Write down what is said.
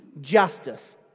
justice